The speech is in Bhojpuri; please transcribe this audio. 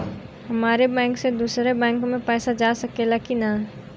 हमारे बैंक से दूसरा बैंक में पैसा जा सकेला की ना?